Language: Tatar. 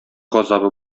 газабы